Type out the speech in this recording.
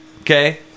Okay